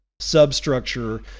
substructure